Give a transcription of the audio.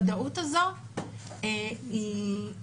אני חושבת שחוסר הוודאות הזו היא טראומטית,